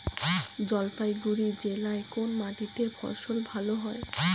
জলপাইগুড়ি জেলায় কোন মাটিতে ফসল ভালো হবে?